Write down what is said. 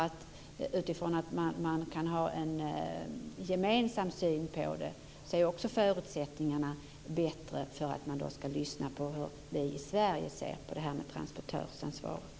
Med en gemensam syn på detta är förutsättningarna bättre för att man ska lyssna på hur vi i Sverige ser på detta med transportörsansvaret.